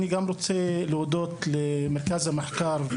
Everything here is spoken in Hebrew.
אני גם רוצה להודות למרכז המחקר,